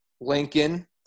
Lincoln